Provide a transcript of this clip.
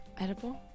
Edible